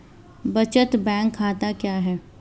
बचत बैंक खाता क्या है?